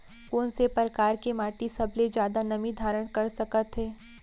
कोन से परकार के माटी सबले जादा नमी धारण कर सकत हे?